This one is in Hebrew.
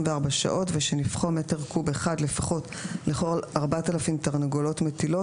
שעות ושנפחו מטר קוב אחד לפחות לכל 4,000 תרנגולות מטילות.